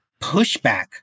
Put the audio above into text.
pushback